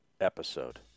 episode